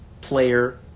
player